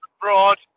broad